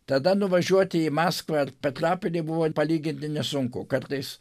tada nuvažiuoti į maskvą ar petrapilį buvo palyginti nesunku kartais